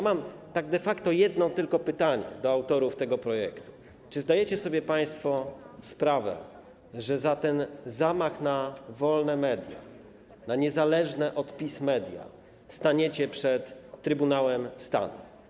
Mam tak de facto tylko jedno pytanie do autorów tego projektu: Czy zdajecie sobie państwo sprawę, że za ten zamach na wolne media, na niezależne od PiS media staniecie przed Trybunałem Stanu?